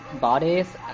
bodies